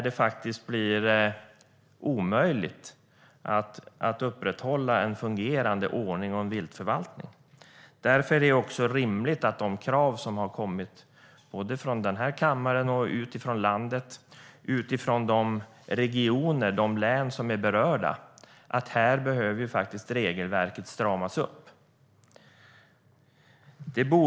Det blir omöjligt att upprätthålla en fungerande ordning och viltförvaltning. Därför är de krav som har kommit från kammaren och från landet, från berörda regioner och län, om att strama upp regelverket rimliga.